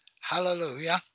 hallelujah